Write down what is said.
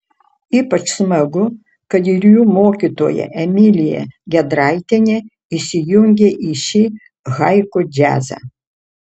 ypač smagu kad ir jų mokytoja emilija gedraitienė įsijungė į šį haiku džiazą